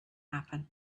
happen